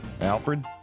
Alfred